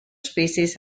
species